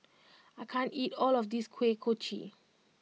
I can't eat all of this Kuih Kochi